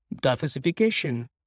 diversification